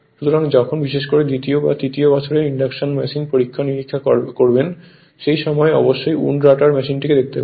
সুতরাং যখন বিশেষ করে দ্বিতীয় বা তৃতীয় বছরের ইনডাকশন মেশিন পরীক্ষা নিরীক্ষা করবেন সেই সময় অবশ্যই উন্ড রটার মেশিনটি দেখতে হবে